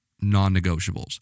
non-negotiables